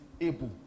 able